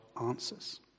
answers